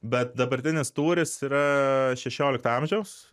bet dabartinis tūris yra šešiolikto amžiaus